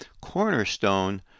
cornerstone